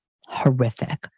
horrific